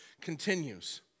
continues